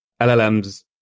llms